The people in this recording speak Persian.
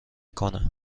کنه